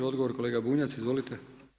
Odgovor kolega Bunjac, izvolite.